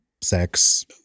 sex